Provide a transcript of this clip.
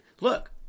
look